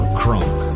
crunk